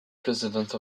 president